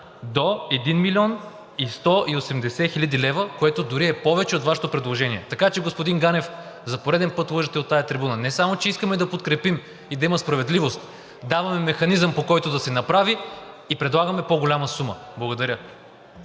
до 1 млн. 180 хил. лв.“, което дори е повече от Вашето предложение. Така че, господин Ганев, за пореден път лъжете от тази трибуна. Не само че искаме да подкрепим и да има справедливост – даваме механизъм, по който да се направи, и предлагаме по-голяма сума. Благодаря.